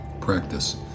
practice